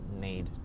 need